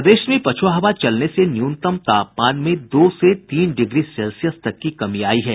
प्रदेश में पछुआ हवा चलने से न्यूनतम तापमान में दो से तीन डिग्री सेल्सियस तक की कमी आई है